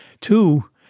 Two